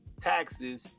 taxes